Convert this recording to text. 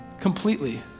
completely